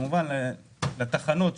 כמובן לתחנות,